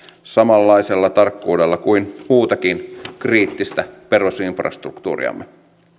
samanlaisella tarkkuudella kuin muutakin kriittistä perusinfrastruktuuriamme